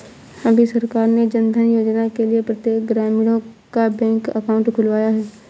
अभी सरकार ने जनधन योजना के लिए प्रत्येक ग्रामीणों का बैंक अकाउंट खुलवाया है